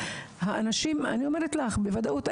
אני אומרת לך בוודאות,